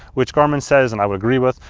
which garmin says, and i would agree with,